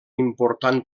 important